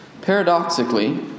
Paradoxically